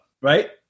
right